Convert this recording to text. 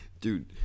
dude